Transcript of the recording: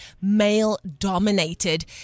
male-dominated